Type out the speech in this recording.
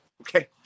okay